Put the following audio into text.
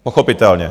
Pochopitelně.